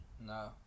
No